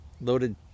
loaded